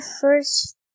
first